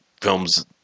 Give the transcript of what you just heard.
films